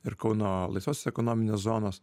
ir kauno laisvosios ekonominės zonos